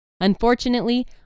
Unfortunately